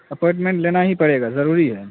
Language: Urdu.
اپوائنمنٹ لینا ہی پڑے گا ضروری ہے